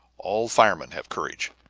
all firemen have courage,